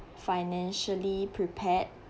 financially prepared